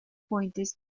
puentes